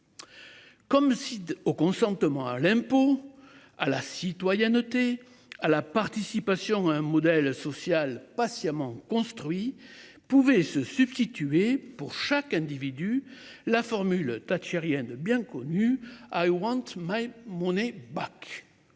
Comme si au consentement à l'impôt à la citoyenneté à la participation à un modèle social patiemment construit pouvait se substituer pour chaque individu, la formule thatchérienne bien connu. I want my money Back.